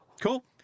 Cool